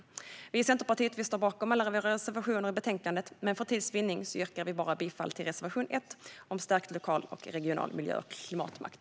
Vi i Centerpartiet står bakom alla reservationer i betänkandet, men för tids vinnande yrkar vi bara bifall till reservation 1 om stärkt lokal och regional miljö och klimatmakt.